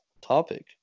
topic